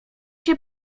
się